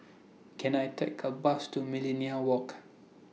Can I Take A Bus to Millenia Walk